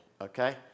okay